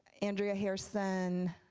andrea hairston,